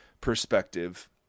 perspective